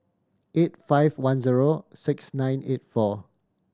eight five one zero six nine eight four